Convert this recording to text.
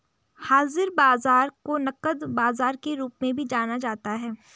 हाज़िर बाजार को नकद बाजार के रूप में भी जाना जाता है